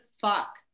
fuck